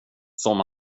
som